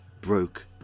broke